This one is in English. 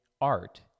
art